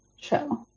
show